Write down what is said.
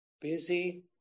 Busy